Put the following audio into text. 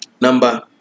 number